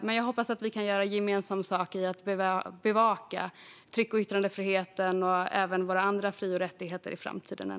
Men jag hoppas att vi ändå kan göra gemensam sak när det gäller att bevaka tryck och yttrandefriheten och våra andra fri och rättigheter i framtiden.